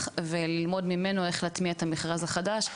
וללמוד ממנו איך להטמיע את המכרז החדש".